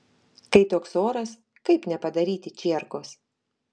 kai toks oras kaip nepadaryti čierkos